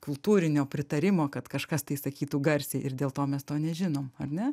kultūrinio pritarimo kad kažkas tai sakytų garsiai ir dėl to mes to nežinom ar ne